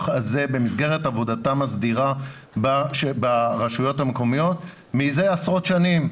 הזה במסגרת עבודתם הסדירה ברשויות המקומיות מזה עשרות שנים.